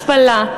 השפלה,